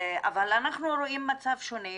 אבל אנחנו רואים מצב שונה,